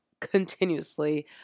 continuously